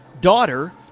daughter